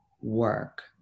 work